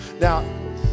Now